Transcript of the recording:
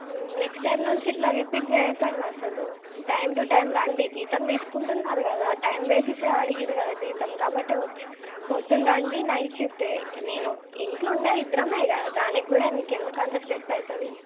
next time నుంచి ఇలా repeat చేయకండి అసలు టైం టు టైం రండి జీతం తీసుకుంటున్నారు కదా టైం బేసిసే అడిగారు కదా జీతం కాబట్టి వచ్చి పొద్దున్న రండి నైట్ షిఫ్ట్ నేను ఇంట్లో ఉండేది ఇద్దరమే కదా దానికి కూడా నీకు ఎందుకు అంత స్ట్రెస్ అవుతోంది